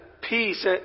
peace